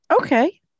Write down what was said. okay